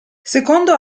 secondo